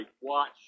watch